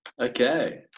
Okay